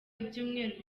ibyumweru